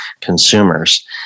consumers